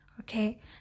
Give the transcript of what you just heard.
Okay